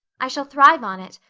i shall thrive on it.